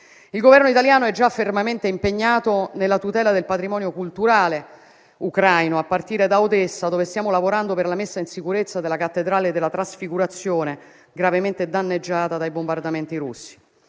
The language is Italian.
Il Governo italiano è già fermamente impegnato nella tutela del patrimonio culturale ucraino, a partire da Odessa, dove stiamo lavorando per la messa in sicurezza della Cattedrale della trasfigurazione, gravemente danneggiata dai bombardamenti russi.